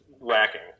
lacking